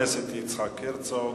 חבר הכנסת יצחק הרצוג.